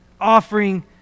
offering